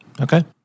okay